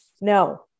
No